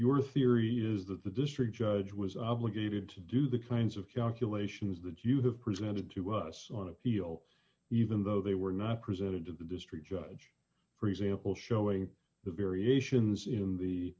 your theory is that the district judge was obligated to do the kinds of calculations that you have presented to us on appeal even though they were not presented to the district judge for example showing the variations in the